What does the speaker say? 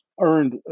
Earned